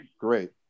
great